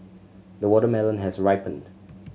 the watermelon has ripened